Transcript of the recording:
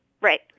Right